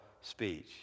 speech